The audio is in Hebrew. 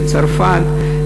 לצרפת,